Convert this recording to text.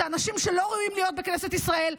אלה אנשים שלא ראויים להיות בכנסת ישראל.